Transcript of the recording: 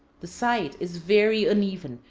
the site is very uneven,